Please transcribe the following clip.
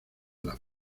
las